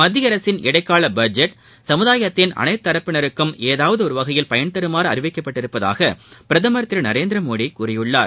மத்திய அரசின் இடைக்கால பட்ஜெட் சமுதாயத்தின் அனைத்து தரப்பினருக்கும் ஏதாவது ஒரு வகையில் பயன்தருமாறு அறிவிக்கப்பட்டுள்ளதாக பிரதமா் திரு நரேந்திரமோடி கூறியுள்ளார்